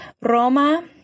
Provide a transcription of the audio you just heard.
Roma